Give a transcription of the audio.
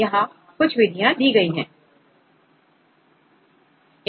यहां कुछ विधियां दी गई है